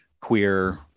queer